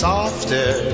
Softer